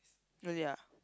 really ah